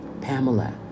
Pamela